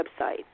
website